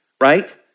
right